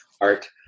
Art